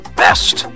best